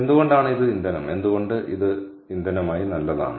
എന്തുകൊണ്ടാണ് ഇത് ഇന്ധനം എന്തുകൊണ്ട് ഇത് ഇന്ധനമായി നല്ലതാണ്